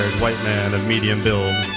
white man of medium build.